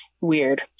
weird